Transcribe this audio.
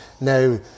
now